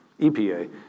EPA